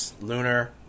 lunar